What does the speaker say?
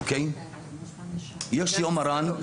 12,